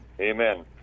amen